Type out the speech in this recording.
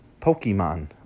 Pokemon